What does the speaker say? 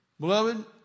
Beloved